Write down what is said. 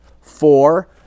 four